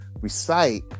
recite